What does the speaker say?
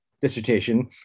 dissertation